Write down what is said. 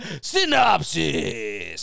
Synopsis